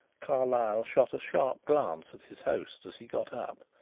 carlyle shot a sharp glance at his host as he got up,